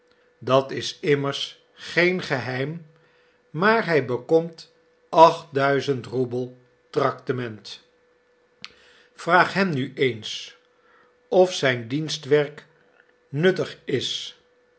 dat is immers geen geheim maar hij bekomt achtduizend roebel tractement vraag hem nu eens of zijn dienstwerk nuttig is